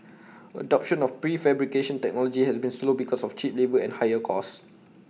adoption of prefabrication technology has been slow because of cheap labour and higher cost